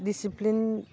discipline